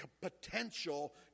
potential